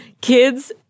Kids